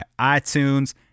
iTunes